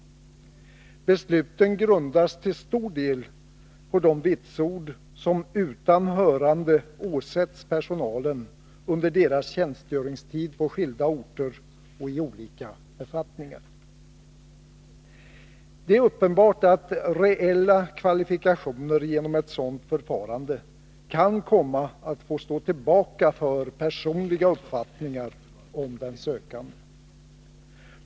Besluten grundas till stor del på de vitsord som utan hörande åsätts personalen under tjänstgöringstiden på skilda orter och i olika befattningar. Det är uppenbart att reella kvalifikationer genom ett sådant förfarande kan komma att få stå tillbaka för personliga uppfattningar om den sökande.